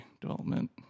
Development